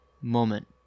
moment